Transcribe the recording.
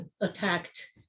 attacked